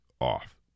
off